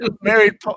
married